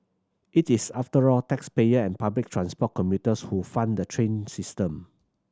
it is after all taxpayer and public transport commuters who fund the train system